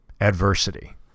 adversity